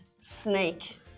snake